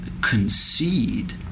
concede